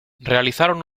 realizaron